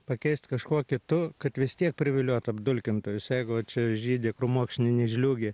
pakeist kažkuo kitu kad vis tiek priviliot apdulkintojus jeigu čia žydi krūmokšninė žliūgė